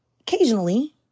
Occasionally